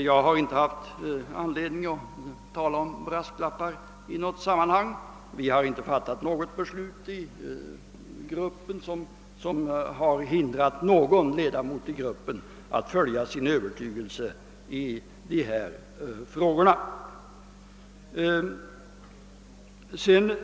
Jag har inte haft anledning att tala om brasklappar i något sammanhang. Vi har inte fattat något beslut i vår grupp som har hindrat någon ledamot av den att följa sin övertygelse i dessa frågor.